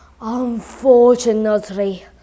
Unfortunately